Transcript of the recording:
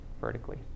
vertically